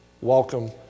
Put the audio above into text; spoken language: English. welcome